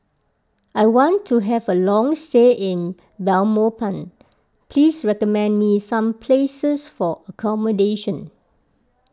I want to have a long stay in Belmopan please recommend me some places for accommodation